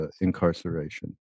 incarceration